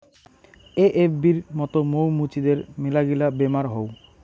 এ.এফ.বির মত মৌ মুচিদের মেলাগিলা বেমার হউ